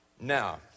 Now